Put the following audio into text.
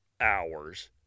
hours